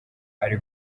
ari